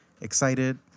excited